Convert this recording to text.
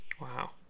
wow